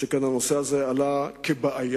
שכן הנושא הזה עלה כבעיה,